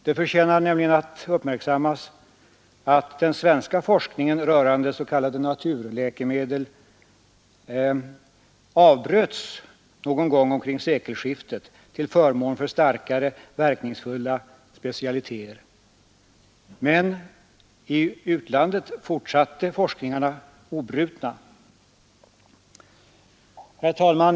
Det förtjänar nämligen att uppmärksammas att den svenska forskningen rörande s.k. naturläkemedel avbröts någon gång kring sekelskiftet till förmån för starkare, verkningsfulla specialiteter. Men i utlandet fortsatte forskningarna obrutna. Herr talman!